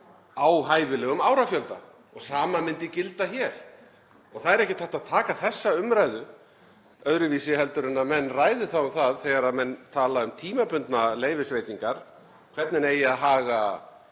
á hæfilegum árafjölda og sama myndi gilda hér. Það er ekkert hægt að taka þessa umræðu öðruvísi en að menn ræði þá um það, þegar menn tala um tímabundnar leyfisveitingar, hvernig eigi að haga